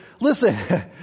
listen